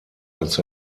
als